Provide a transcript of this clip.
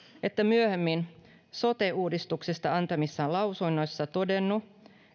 että myöhemmin sote uudistuksesta antamissaan lausunnoissa todennut